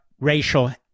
racial